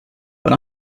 but